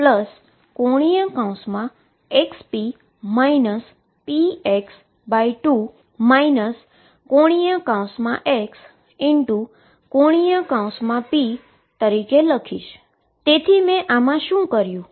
તેથી મેં આમાં શું કર્યું છે